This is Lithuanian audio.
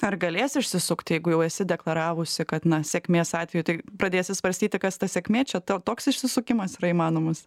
ar galės išsisukti jeigu jau esi deklaravusi kad na sėkmės atveju tik pradėsi svarstyti kas ta sėkmė čia to toks išsisukimas yra įmanomas